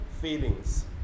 feelings